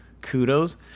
kudos